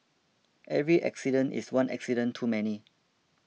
every accident is one accident too many